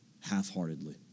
half-heartedly